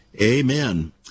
Amen